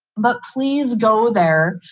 but please go there.